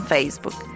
Facebook